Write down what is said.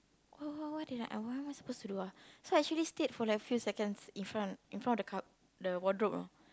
what what what did I what what am I supposed to do ah so I actually stayed like a few seconds in front in front of the cup~ the wardrobe you know